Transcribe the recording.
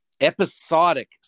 Episodic